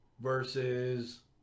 versus